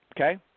Okay